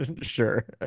Sure